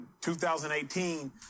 2018